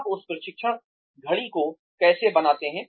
आप उस प्रशिक्षण छड़ी को कैसे बनाते हैं